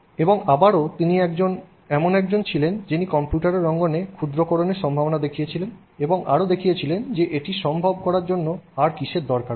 এবং আবারও তিনি এমন একজন ছিলেন যিনি কম্পিউটারের অঙ্গনে ক্ষুদ্রাকরণের সম্ভাবনা দেখছিলেন এবং আরও দেখিয়েছিলেন যে এটি সক্ষম করার জন্য আর কিসের দরকার পড়বে